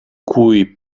cui